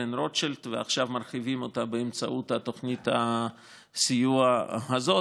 וקרן רוטשילד ועכשיו מרחיבים אותה באמצעות תוכנית הסיוע הזאת,